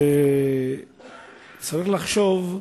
צריך לחשוב,